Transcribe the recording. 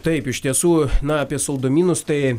taip iš tiesų na apie saldumynus tai